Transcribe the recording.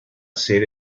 ser